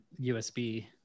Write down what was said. usb